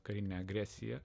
karinę agresiją